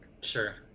Sure